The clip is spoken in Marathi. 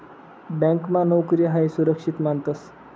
ब्यांकमा नोकरी हायी सुरक्षित मानतंस